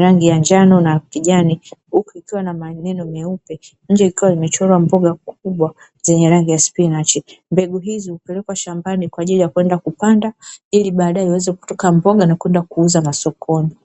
rangi ya njano na kijani huku ikiwa na maneno meupe nje ikiwa imechorwa mboga kubwa zenye rangi ya spinachi. mbegu hizi hupelekwa shambani kwa ajili ya kwenda kupanda ili baadae iweze kutoka mboga na kwenda kuuza masokoni.